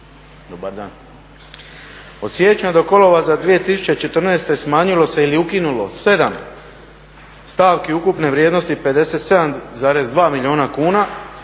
od siječnja do kolovoza 2014.smanjilo se ili ukinulo 7 stavki ukupne vrijednosti 57,2 milijuna kuna,